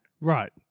Right